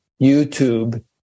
YouTube